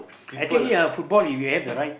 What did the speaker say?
actually ah football if you have the right